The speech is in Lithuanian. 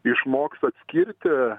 išmoks atskirti